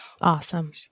Awesome